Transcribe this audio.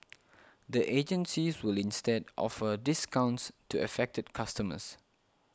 the agencies will instead offer discounts to affected customers